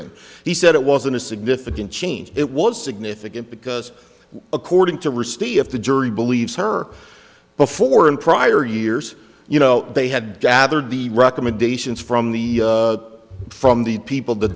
in he said it wasn't a significant change it was significant because according to wristy if the jury believes her before in prior years you know they had gathered the recommendations from the from the people the